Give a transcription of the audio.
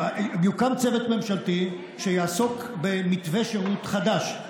יוקם צוות ממשלתי שיעסוק במתווה שירות חדש,